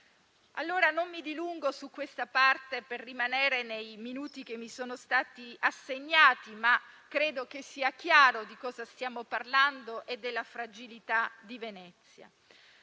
Non mi dilungo su questa parte per rimanere nei minuti che mi sono stati assegnati, ma credo sia chiaro che stiamo parlando della fragilità di Venezia.